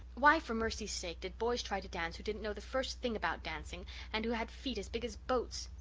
why, for mercy's sake, did boys try to dance who didn't know the first thing about dancing and who had feet as big as boats?